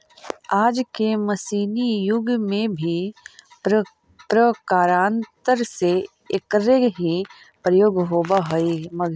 आज के मशीनी युग में भी प्रकारान्तर से एकरे ही प्रयोग होवऽ हई